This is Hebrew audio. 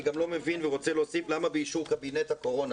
אני גם לא מבין ורוצה להוסיף למה באישור קבינט הקורונה,